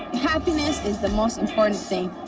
happiness is the most important thing.